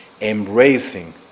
embracing